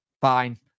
Fine